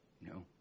no